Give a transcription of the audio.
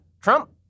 Trump